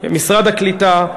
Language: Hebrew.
משרד הקליטה,